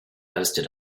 hosted